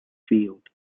field